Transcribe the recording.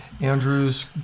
Andrew's